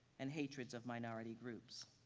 and hatreds of minority groups.